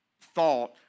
thought